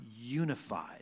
unified